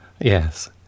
Yes